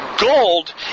Gold